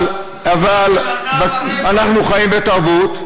אבל אנחנו חיים בתרבות,